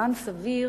זמן סביר